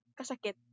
kasakit